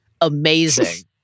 amazing